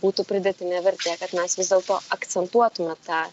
būtų pridėtinė vertė kad mes vis dėlto akcentuotume tą